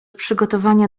przygotowania